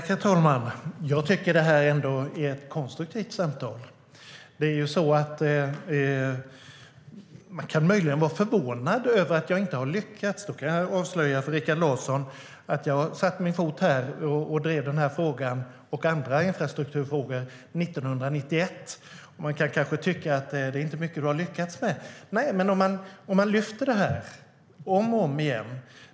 STYLEREF Kantrubrik \* MERGEFORMAT Svar på interpellationerHerr talman! Jag tycker ändå att detta är ett konstruktivt samtal. Man kan möjligen vara förvånad över att jag inte har lyckats. Men då kan jag avslöja för Rikard Larsson att jag första gången satte min fot här och drev denna fråga och andra infrastrukturfrågor 1991. Man kan kanske tycka att det inte är mycket jag har lyckats med. Men man ska lyfta detta om och om igen.